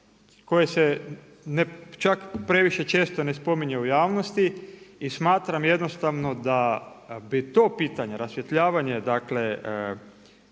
koje se čak previše često ne spominje u javnosti, i smatram jednostavno da bi to pitanje rasvjetavanje, dakle,